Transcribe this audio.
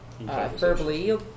verbally